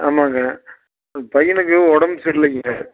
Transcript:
ஆமாங்க பையனுக்கு உடம்பு சரியில்லிங்க